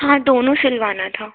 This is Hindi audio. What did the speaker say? हाँ दोनों सिलवाना था